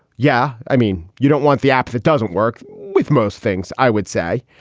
yeah. i mean, you don't want the app that doesn't work with most things. i would say.